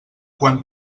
quan